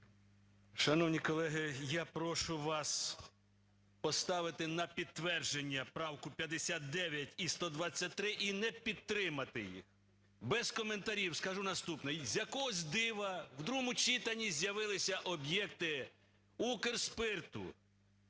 Шановні колеги, я прошу вас поставити на підтвердження правки 59 і 123 і не підтримати їх. Без коментарів, скажу наступне. З якогось дива в другому читанні з'явилися об'єкти Укрспирту.